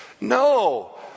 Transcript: No